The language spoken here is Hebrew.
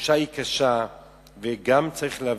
התחושה היא קשה.